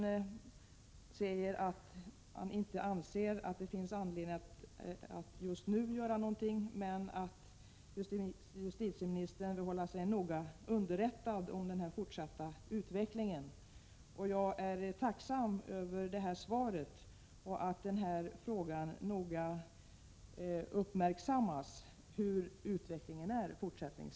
Han säger dock att han anser att det inte finns anledning att göra något just nu men att han kommer att hålla sig noga underrättad om den fortsatta utvecklingen. Jag är tacksam över det beskedet och att frågan uppmärksammats.